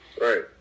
right